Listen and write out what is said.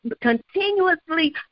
continuously